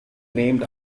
named